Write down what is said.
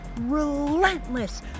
relentless